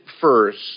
first